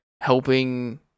helping